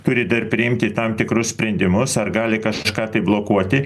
turi dar priimti tam tikrus sprendimus ar gali kažką tai blokuoti